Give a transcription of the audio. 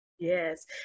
yes